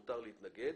מותר להתנגד,